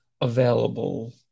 available